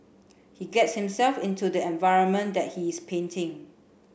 he gets himself into the environment that he's painting